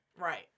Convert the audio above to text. Right